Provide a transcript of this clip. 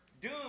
doom